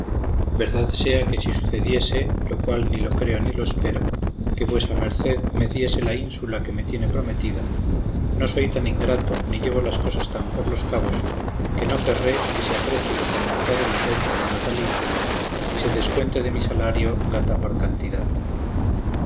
verdad sea que si sucediese lo cual ni lo creo ni lo espero que vuesa merced me diese la ínsula que me tiene prometida no soy tan ingrato ni llevo las cosas tan por los cabos que no querré que se aprecie lo que montare la renta de la tal ínsula y se descuente de mi salario gata por cantidad